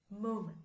moment